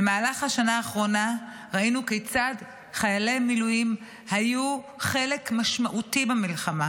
במהלך השנה האחרונה ראינו כיצד חיילי מילואים היו חלק משמעותי במלחמה.